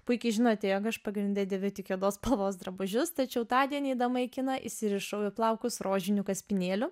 puikiai žinote jog aš pagrinde dėviu tik juodos spalvos drabužius tačiau tądien eidama į kiną įsirišau į plaukus rožinių kaspinėlių